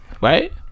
right